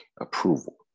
approval